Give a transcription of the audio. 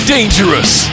Dangerous